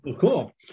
cool